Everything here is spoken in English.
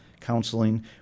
counseling